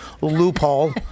loophole